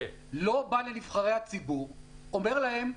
לא בא לנבחרי הציבור ואומר להם,